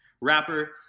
rapper